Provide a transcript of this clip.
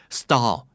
stall